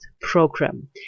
program